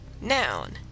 Noun